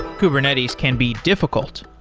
kubernetes can be difficult.